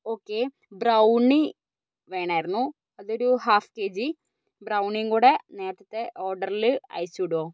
okay brownie വേണമായിരുന്നു അതൊരു half K G ബ്രൗണിയും കൂടി നേരത്തത്തെ ഓർഡറിൽ അയച്ചു വിടുമോ